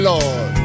Lord